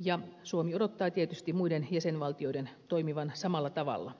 ja suomi odottaa tietysti muiden jäsenvaltioiden toimivan samalla tavalla